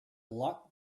luck